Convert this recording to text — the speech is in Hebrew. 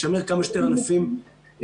לשמר כמה שיותר ענפים פתוחים.